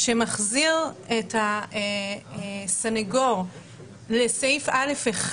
שמחזיר את הסנגור לסעיף קטן (א1),